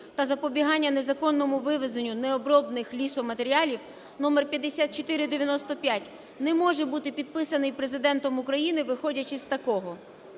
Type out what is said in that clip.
та запобігання незаконному вивезенню необроблених лісоматеріалів" (№ 5495) не може бути підписаний Президентом України, виходячи з такого.